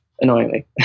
annoyingly